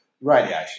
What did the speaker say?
Radiation